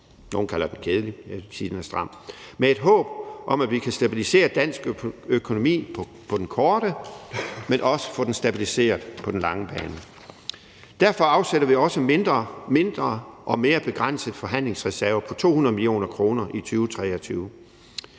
Nogle kalder den kedelig, men jeg vil sige, at den er stram – med et håb om, at vi kan stabilisere dansk økonomi på den korte bane, men også få den stabiliseret på den lange bane. Derfor afsætter vi også en mindre og mere begrænset forhandlingsreserve på 200 mio. kr. i 2023.